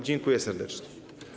Dziękuję serdecznie.